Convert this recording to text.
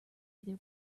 either